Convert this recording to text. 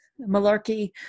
malarkey